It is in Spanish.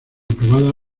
aprobada